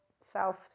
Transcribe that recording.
self